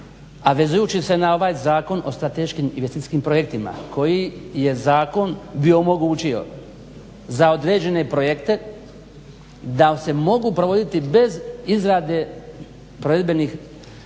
A vezujući se na ovaj Zakon o strateškim investicijskim projektima koji je zakon bi omogućio za određene projekte da se mogu provoditi bez izrade provedbenih planova kao